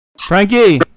Frankie